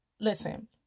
listen